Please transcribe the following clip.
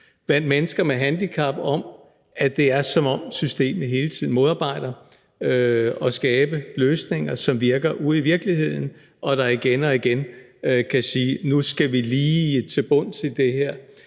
blandt mennesker med handicap, af, at det er, som om systemet hele tiden modarbejder det at skabe løsninger, som virker ude i virkeligheden, og at man igen og igen kan sige: Nu skal vi lige til bunds i det her.